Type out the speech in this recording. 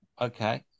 Okay